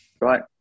right